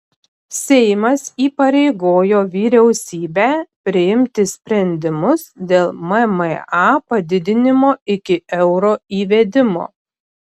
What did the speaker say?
seimas įpareigojo vyriausybę priimti sprendimus dėl mma padidinimo iki euro įvedimo